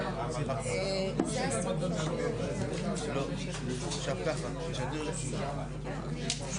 לדוגמה פיתוח אזור תיירותי בעידן הנגב, ניר